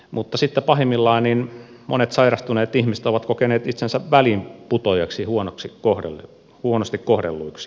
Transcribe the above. mutta sitten pahimmillaan monet sairastuneet ihmiset ovat kokeneet itsensä väliinputoajiksi huonosti kohdelluiksi